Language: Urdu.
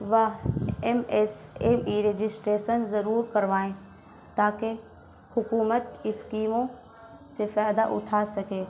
وہ M S M E registration ضرور کروائیں تاکہ حکومت اسکیموں سے فائدہ اٹھا سکے